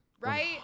Right